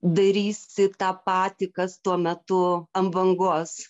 darysi tą patį kas tuo metu ant bangos